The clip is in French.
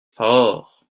fort